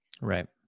Right